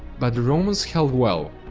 but the romans held well,